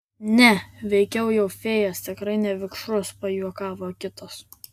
ne veikiau jau fėjas tikrai ne vikšrus pajuokavo kitas